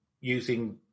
using